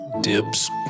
Dibs